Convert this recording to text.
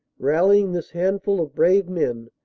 rallying this handful of brave men,